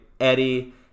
Eddie